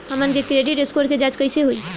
हमन के credit score के जांच कैसे होइ?